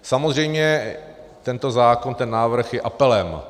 Samozřejmě tento zákon, ten návrh, je apelem.